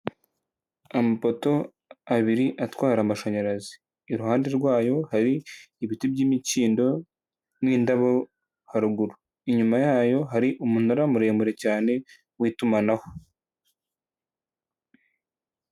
Amapoto abiri atwara amashanyarazi iruhande rwayo hari ibiti by'imikindo n'indabo haruguru, inyuma yayo hari umunara muremure cyane w'itumanaho.